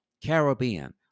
Caribbean